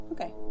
Okay